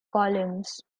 columns